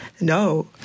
no